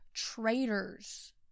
Traitors